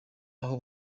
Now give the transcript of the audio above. aho